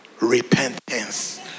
repentance